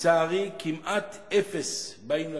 לצערי כמעט אפס באים לפריפריה.